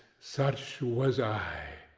such was i! oh!